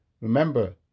Remember